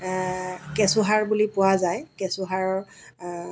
কেঁচু সাৰ বুলি পোৱা যায় কেঁচু সাৰৰ